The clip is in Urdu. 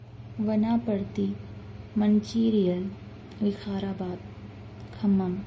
ونا پڑتی منچیرین وقار آباد خمم